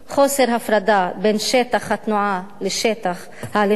חוסר הפרדה בין שטח התנועה לשטח ההליכה